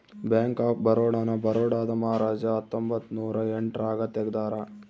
bank of Baroda ನ ಬರೋಡಾದ ಮಹಾರಾಜ ಹತ್ತೊಂಬತ್ತ ನೂರ ಎಂಟ್ ರಾಗ ತೆಗ್ದಾರ